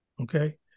okay